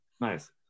Nice